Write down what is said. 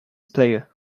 player